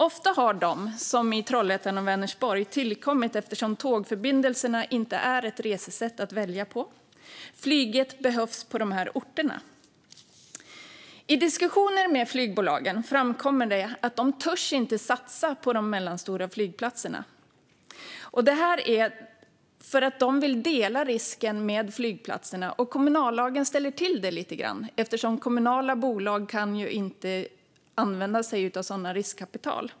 Ofta har de, som i Trollhättan och Vänersborg, tillkommit eftersom tåg inte är ett möjligt resesätt att välja. Flyget behövs på dessa orter. I diskussioner med flygbolagen framkommer det att de inte törs satsa på de mellanstora flygplatserna, detta för att de vill dela risken med flygplatsen. Här ställer kommunallagen till det lite grann, eftersom kommunala bolag inte kan använda sig av riskkapital.